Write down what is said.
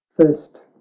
first